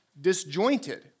disjointed